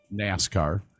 NASCAR